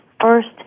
First